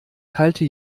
teilte